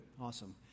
Awesome